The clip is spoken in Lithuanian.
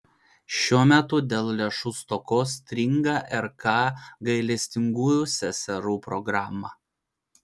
šiuo metu dėl lėšų stokos stringa rk gailestingųjų seserų programa